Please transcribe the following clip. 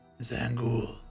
Zangul